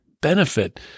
benefit